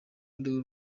rwego